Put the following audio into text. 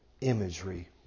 imagery